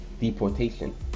Deportation